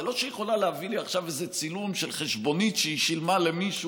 זה לא שהיא יכולה להביא לי איזה צילום של חשבונית שהיא שילמה למישהו.